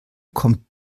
kommt